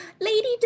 Lady